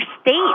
state